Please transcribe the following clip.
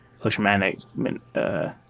electromagnetic